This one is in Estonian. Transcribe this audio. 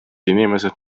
inimesed